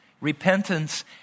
Repentance